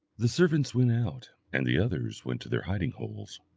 the servants went out, and the others went to their hiding holes.